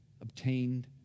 obtained